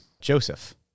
Joseph